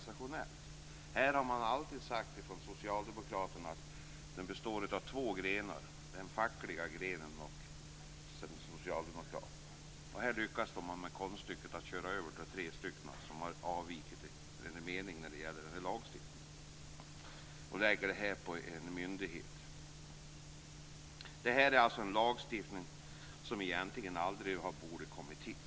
Socialdemokraterna har alltid sagt att partiet har bestått av två grenar: den fackliga grenen och den socialdemokratiska grenen. Här lyckas man med konststycket att köra över tre fackliga organisationer som har en avvikande mening när det gäller denna lagstiftning. Det rör sig om en lagstiftning som egentligen aldrig borde ha kommit till.